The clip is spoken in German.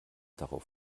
darauf